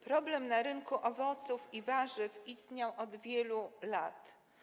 Problem na rynku owoców i warzyw istniał od wielu lat.